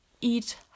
eat